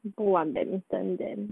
不玩 badminton then